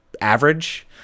average